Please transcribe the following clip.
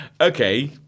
okay